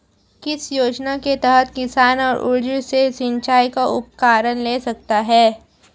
किस योजना के तहत किसान सौर ऊर्जा से सिंचाई के उपकरण ले सकता है?